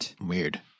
weird